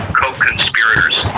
co-conspirators